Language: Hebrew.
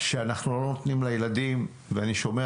שאנחנו לא נותנים לילדים ואני שומע